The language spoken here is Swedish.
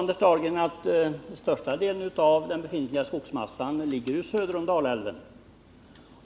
Herr talman! Det är väl så, Anders Dahlgren, att den största delen av skogsarealen ligger söder om Dalälven.